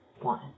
one